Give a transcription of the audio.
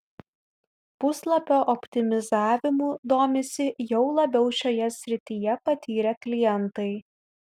puslapio optimizavimu domisi jau labiau šioje srityje patyrę klientai